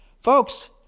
folks